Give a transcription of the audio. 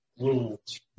rules